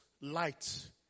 light